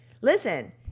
listen